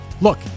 Look